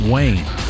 Wayne